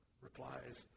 replies